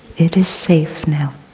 it is safe now.